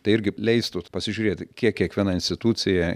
tai irgi leistų pasižiūrėti kiek kiekviena institucija